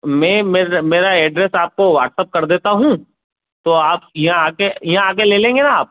मैं मेरे मेरा एड्रेस आपको वाट्सअप कर देता है हूँ तो आप यहाँ आ कर यहाँ आ कर ले लेंगे न आप